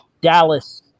Dallas